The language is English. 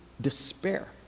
despair